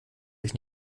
sich